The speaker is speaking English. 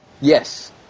Yes